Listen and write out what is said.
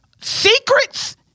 secrets